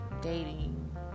dating